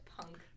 punk